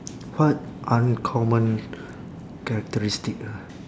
what uncommon characteristic ah